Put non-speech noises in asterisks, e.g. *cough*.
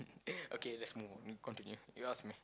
*breath* okay let's move on continue you ask me